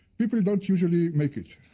people don't usually make it,